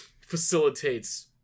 facilitates